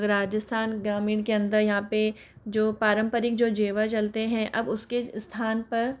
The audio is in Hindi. राजस्थान ग्रामीण के अंदर यहाँ पर जो पारम्परिक जो ज़ेवर चलते हैं अब उस के स्थान पर